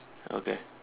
okay